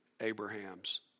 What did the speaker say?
Abraham's